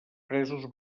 presos